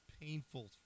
painful